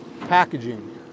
packaging